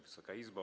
Wysoka Izbo!